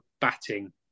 batting